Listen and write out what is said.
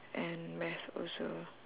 and math also